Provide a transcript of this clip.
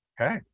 Okay